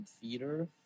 theater